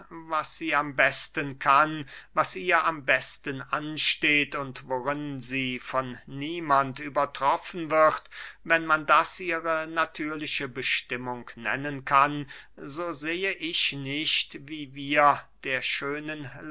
was sie am besten kann was ihr am besten ansteht und worin sie von niemand übertroffen wird wenn man das ihre natürliche bestimmung nennen kann so sehe ich nicht wie wir der schönen